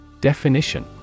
Definition